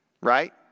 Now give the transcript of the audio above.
right